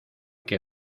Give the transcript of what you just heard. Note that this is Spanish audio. que